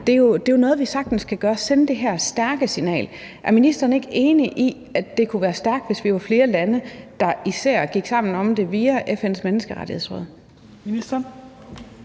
Det er jo noget, vi sagtens kan gøre, altså sende det her stærke signal. Er ministeren ikke enig i, at det kunne være stærkt, hvis vi var flere lande, der gik sammen om det, især gennem FN's Menneskerettighedsråd? Kl.